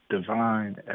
divine